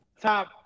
top